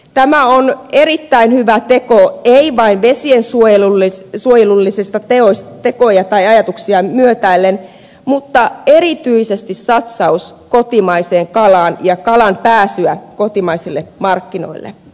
tämä on erittäin hyvä teko ei vain vesiensuojelullisia tekoja tai ajatuksia myötäillen vaan erityisesti satsaus kotimaiseen kalaan ja kalan pääsyyn kotimaisille markkinoille